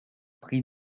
prix